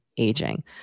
aging